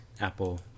Apple